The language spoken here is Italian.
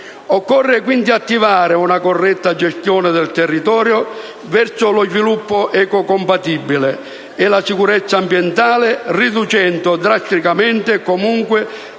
Occorre, quindi, attivare una corretta gestione del territorio verso lo sviluppo ecocompatibile e la sicurezza ambientale, riducendo drasticamente o, comunque,